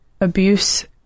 abuse